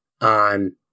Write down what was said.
on